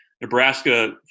Nebraska